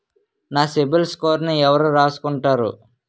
నా సిబిల్ స్కోరును ఎవరు రాసుకుంటారు